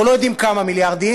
אנחנו לא יודעים כמה מיליארדים,